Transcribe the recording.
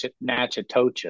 Natchitoches